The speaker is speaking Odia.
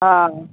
ହଁ